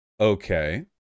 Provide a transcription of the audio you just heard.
Okay